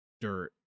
dirt